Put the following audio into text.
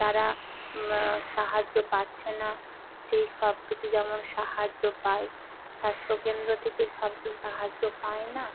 তারা সাহায্য পাচ্ছে না সেই সব কিছু যেমন সাহায্য পায় স্বাস্থ্য কেন্দ্র থেকে সব তো সাহায্য পায় না